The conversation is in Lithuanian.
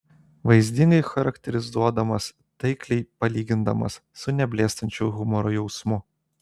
vaizdingai charakterizuodamas taikliai palygindamas su neblėstančiu humoro jausmu